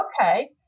okay